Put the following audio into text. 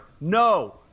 No